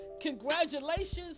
congratulations